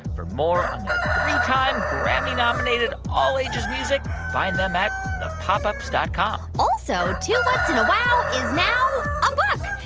for more on their three-time-grammy-nominated, all-ages music, find them at ah thepopups dot com also, two whats? and a wow! is now a book.